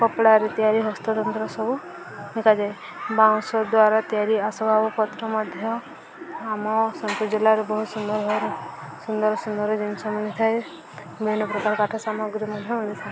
କପଡ଼ାରେ ତିଆରି ହସ୍ତତନ୍ତ୍ର ସବୁ ଦେଖାଯାଏ ବାଉଁଶ ଦ୍ୱାରା ତିଆରି ଆସବାବପତ୍ର ମଧ୍ୟ ଆମ ସୋନପୁର ଜିଲ୍ଲାରେ ବହୁ ସୁନ୍ଦର ଭ ସୁନ୍ଦର ସୁନ୍ଦର ଜିନିଷ ମିଳିଥାଏ ବିଭିନ୍ନ ପ୍ରକାର କାଠ ସାମଗ୍ରୀ ମଧ୍ୟ ମିଳିଥାଏ